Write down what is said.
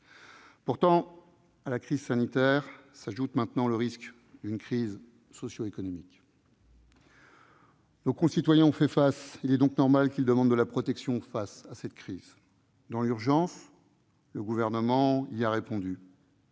Pourtant, à la crise sanitaire s'ajoute maintenant le risque d'une crise socio-économique. Nos concitoyens ont fait face, il est donc normal qu'ils demandent de la protection face à cette crise. Dans l'urgence, le Gouvernement y a répondu